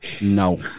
No